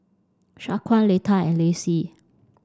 Shaquan Letta and Lacie